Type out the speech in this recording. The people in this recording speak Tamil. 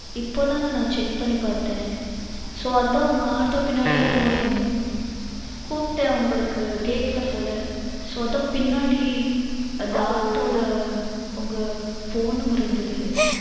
இப்போதாண்ணா நான் செக் பண்ணி பார்த்தேன் ஸோ அதான் உங்கள் ஆட்டோ பின்னாடியே ஓடி வந்தேன் கூப்பிட்டேன் உங்களுக்கு கேட்கல போல் ஸோ அதான் பின்னாடி அந்த ஆட்டோவில் உங்கள் ஃபோன் நம்பர் இருந்தது